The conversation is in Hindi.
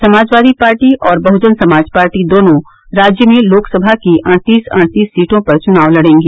समाजवादी पार्टी और बह्जन समाज पार्टी दोनों राज्य में लोकसभा की अड़तीस अड़तीस सीटों पर चुनाव लड़ेगी